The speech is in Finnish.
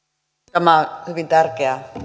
tämä on hyvin tärkeä